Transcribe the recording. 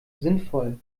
sinnvoll